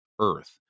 earth